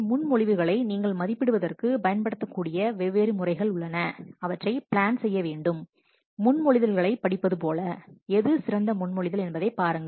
முன்மொழிவுகளை நீங்கள் மதிப்பிடுவதற்கு பயன்படுத்தக்கூடிய வெவ்வேறு முறைகள் உள்ளன அவற்றைத் பிளான் செய்ய வேண்டும் முன்மொழிதல்களை படித்து எது சிறந்த முன்மொழிதல் என்பதைப் பாருங்கள்